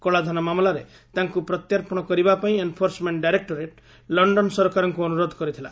କଳାଧନ ମାମଲାରେ ତାଙ୍କୁ ପ୍ରତ୍ୟାର୍ପଣ କରିବା ପାଇଁ ଏନଫୋର୍ସମେଣ୍ଟ ଡାଇରେକ୍ଟୋରେଟ ଲଣ୍ଡନ ସରକାରଙ୍କୁ ଅନୁରୋଧ କରିଥିଲା